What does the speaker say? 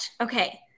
Okay